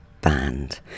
band